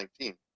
2019